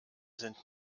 sind